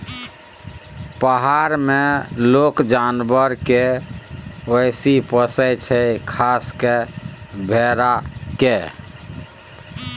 पहार मे लोक जानबर केँ बेसी पोसय छै खास कय भेड़ा केँ